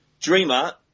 Dreamer